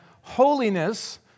holiness